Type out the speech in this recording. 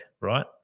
right